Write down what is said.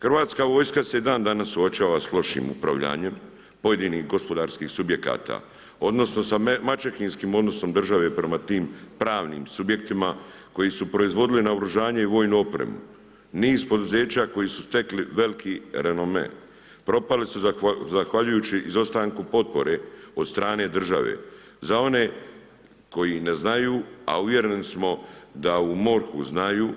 Hrvatska vojska se i dan danas suočava sa lošim upravljanjem pojedinih gospodarskih subjekata odnosno sa maćehinskim odnosom države prema tim pravnim subjektima koji su proizvodili naoružanje i vojnu opremu, niz poduzeća koji su stekli veliki renome, propali su zahvaljujući izostanku potpore od strane države za one koji ne znaju a uvjereni smo da u MORHU znaju.